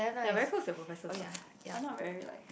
you are very close to your professors ah I'm not very like